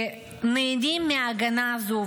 שנהנים מההגנה הזאת,